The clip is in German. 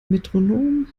metronom